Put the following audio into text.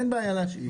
אין בעיה להשאיר.